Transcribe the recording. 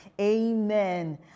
amen